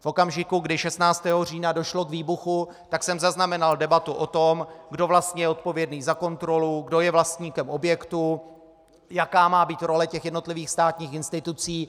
V okamžiku, kdy 16. října došlo k výbuchu, jsem zaznamenal debatu o tom, kdo vlastně je odpovědný za kontrolu, kdo je vlastníkem objektu, jaká má být role jednotlivých státních institucí.